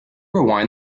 rewind